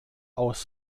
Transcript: aus